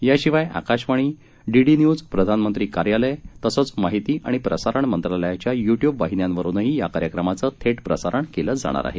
याशिवाय Akashvani DD news प्रधानमंत्री कार्यालय तसंच माहिती आणि प्रसारण मंत्रालयाच्या युट्युब वाहिन्यांवरूनही या कार्यक्रमाचं थेट प्रसारण केलं जाणार आहे